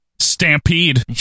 Stampede